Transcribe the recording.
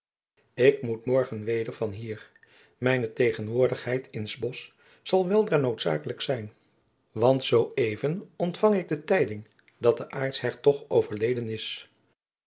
ik moet morgen weder van hier mijne tegenwoordigheid in s bosch zal weldra noodzakelijk zijn want zoo even ontfang ik de tijding dat de aartshertog overleden is